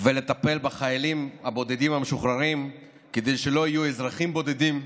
ולטפל בחיילים הבודדים המשוחררים כדי שלא יהיו אזרחים בודדים.